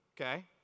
okay